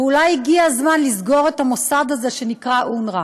אולי הגיע הזמן לסגור את המוסד הזה שנקרא אונר"א,